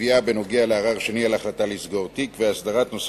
קביעה בנוגע לערר שני על החלטה לסגור תיק והסדרת נושא